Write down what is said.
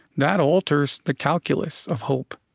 that alters the calculus of hope.